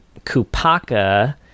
Kupaka